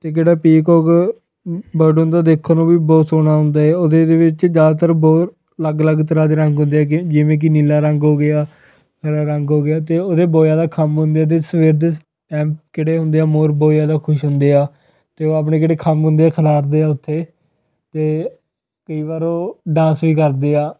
ਅਤੇ ਕਿਹੜਾ peacock bird ਹੁੰਦਾ ਦੇਖਣ ਨੂੰ ਵੀ ਬਹੁਤ ਸੋਹਣਾ ਹੁੰਦਾ ਏ ਉਹਦੇ ਦੇ ਵਿੱਚ ਜ਼ਿਆਦਾਤਰ ਬਹੁਤ ਅਲੱਗ ਅਲੱਗ ਤਰ੍ਹਾਂ ਦੇ ਰੰਗ ਹੁੰਦੇ ਆ ਜਿਵੇਂ ਕਿ ਨੀਲਾ ਰੰਗ ਹੋ ਗਿਆ ਹਰਾ ਰੰਗ ਹੋ ਗਿਆ ਅਤੇ ਉਹਦੇ ਬਹੁਤ ਜ਼ਿਆਦਾ ਖੰਭ ਹੁੰਦੇ ਅਤੇ ਸਵੇਰ ਦੇ ਟਾਇਮ ਕਿਹੜੇ ਹੁੰਦੇ ਆ ਮੋਰ ਬਹੁਤ ਜ਼ਿਆਦਾ ਖੁਸ਼ ਹੁੰਦੇ ਆ ਅਤੇ ਉਹ ਆਪਣੇ ਕਿਹੜੇ ਖੰਭ ਹੁੰਦੇ ਆ ਖਲਾਰਦੇ ਆ ਉੱਥੇ ਅਤੇ ਕਈ ਵਾਰ ਉਹ ਡਾਂਸ ਵੀ ਕਰਦੇ ਆ